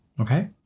okay